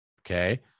Okay